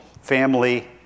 family